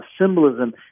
symbolism